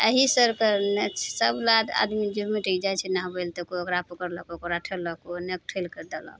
अहि सबके ने सब लए आदमी जे जाइ छै नहबय लए तऽ कोइ ओकरा पकड़लक ओकरा ठेललक कोइ ओने कऽ ठेलकऽ देलक